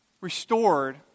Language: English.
restored